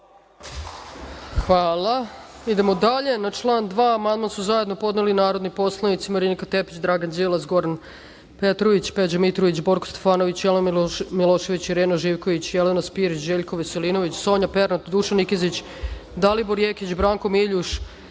Hvala. Na član 2. amandman su zajedno podneli narodni poslanici Marinika Tepić, Dragan Đilas, Goran Petrović, Peđa Mitrović, Borko Stefanović, Jelena Milošević, Irena Živković, Jelena Spirić, Željko Veselinović, Sonja Penta, Dušan Nikezić, Dalibor Jekić, Branko Miljuš,